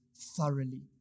thoroughly